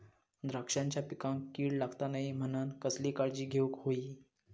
द्राक्षांच्या पिकांक कीड लागता नये म्हणान कसली काळजी घेऊक होई?